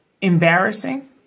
embarrassing